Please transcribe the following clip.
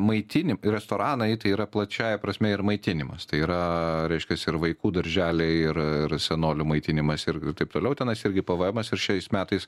maitini restoranai tai yra plačiąja prasme ir maitinimas tai yra reiškias ir vaikų darželiai ir ir senolių maitinimas ir taip toliau tenais irgi pė vė emas ir šiais metais